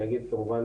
אני אגיד כמובן